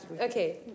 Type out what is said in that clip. Okay